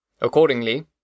Accordingly